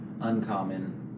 uncommon